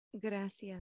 Gracias